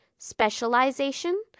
specialization